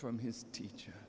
from his teacher